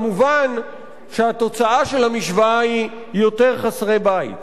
מובן שהתוצאה של המשוואה היא יותר חסרי-בית.